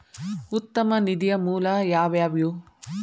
ಉತ್ತಮ ನಿಧಿಯ ಮೂಲ ಯಾವವ್ಯಾವು?